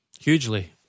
Hugely